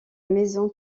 maison